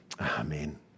Amen